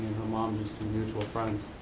her mom used to be mutual friends.